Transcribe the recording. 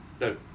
No